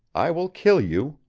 i will kill you.